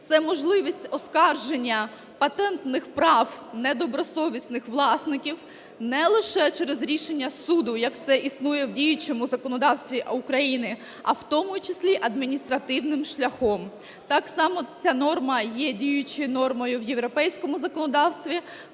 Це можливість оскарження патентних прав недобросовісних власників не лише через рішення суду, як це існує в діючому законодавстві України, а в тому числі адміністративним шляхом. Так само ця норма є діючою нормою в європейському законодавстві,